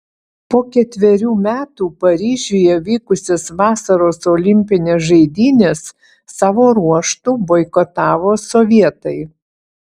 po ketverių metų paryžiuje vykusias vasaros olimpines žaidynes savo ruožtu boikotavo sovietai